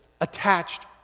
attached